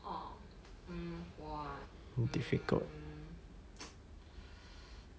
orh mm 我啊 mm